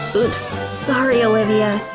oops! sorry, olivia.